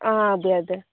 ആ അതെ അതെ